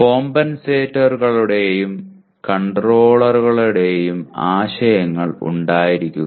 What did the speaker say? കോമ്പൻസേറ്ററുകളുടെയും കൺട്രോളറുകളുടെയും ആശയങ്ങൾ ഉണ്ടായിരിക്കുക